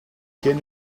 can